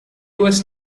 was